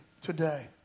today